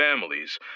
families